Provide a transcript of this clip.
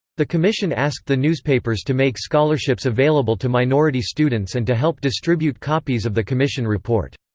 the commission asked the newspapers to make scholarships available to minority students and to help distribute copies of the commission report.